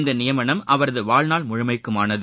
இந்தநியமனம் அவரதுவாழ்நாள் முழுமைக்குமானது